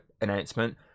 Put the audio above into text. announcement